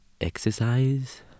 exercise